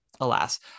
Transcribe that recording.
alas